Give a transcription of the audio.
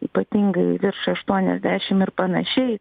ypatingai virš aštuoniasdešim ir panašiai